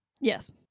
Yes